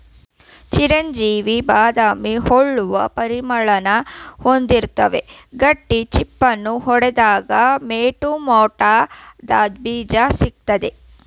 ಚಿರೊಂಜಿ ಬಾದಾಮಿ ಹೋಲುವ ಪರಿಮಳನ ಹೊಂದಿರುತ್ವೆ ಗಟ್ಟಿ ಚಿಪ್ಪನ್ನು ಒಡ್ದಾಗ ಮೋಟುಮೋಟಾದ ಬೀಜ ಸಿಗ್ತದೆ